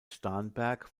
starnberg